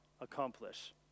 accomplish